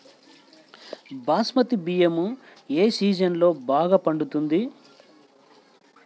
బాస్మతి బియ్యం ఏ సీజన్లో బాగా పండుతుంది?